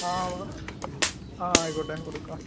ആ ആ ആയിക്കോട്ടെ കൊടുക്കാം